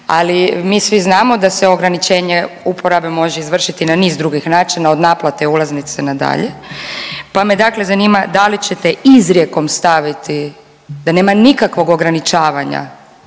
Ali mi svi znamo da se ograničenje uporabe može izvršiti na niz drugih načina, od naplate ulaznice na dalje, pa me dakle zanima da li ćete izrijekom staviti da nema nikakvog ograničavanja